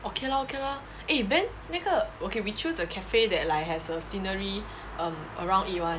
okay lor okay lah eh then 那个 okay we choose the cafe that like has a scenery um around it [one]